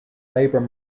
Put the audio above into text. labour